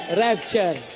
rapture